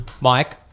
Mike